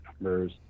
numbers